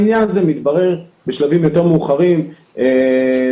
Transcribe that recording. העניין יתברר בשלבים מאוחרים יותר,